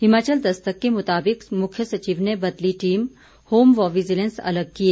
हिमाचल दस्तक के मुताबिक मुख्य सचिव ने बदली टीम होम व विजिलैंस अलग किए